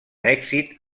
èxit